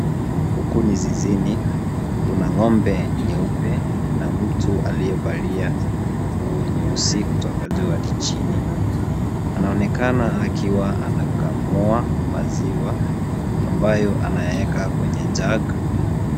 Huku ni zizini. Kuna ng'ombe nyeupe na mtu aliyevalia nguo nyeusi kutoka juu hadi chini. Anaoneka akiwa anakamua maziwa, ambayo anaweka kwenye jug .